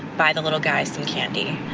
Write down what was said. buy the little guy some candy.